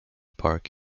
park